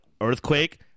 Earthquake